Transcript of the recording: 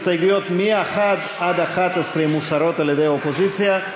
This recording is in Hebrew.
הסתייגויות מ-1 עד 11 מוסרות על-ידי האופוזיציה.